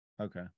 Okay